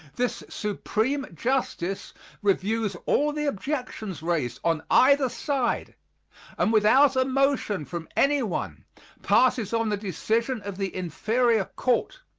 this supreme justice reviews all the objections raised on either side and without a motion from anyone passes on the decision of the inferior court.